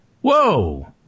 whoa